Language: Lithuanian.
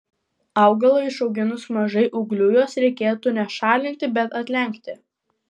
augalui išauginus mažai ūglių juos reikėtų ne šalinti bet atlenkti